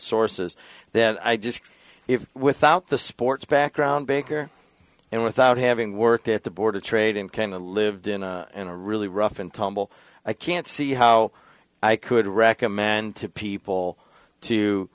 sources then i just if without the sports background baker and without having worked at the board of trade and kind of lived in and really rough and tumble i can't see how i could recommend to people to